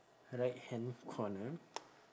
right hand corner